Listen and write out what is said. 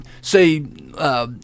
say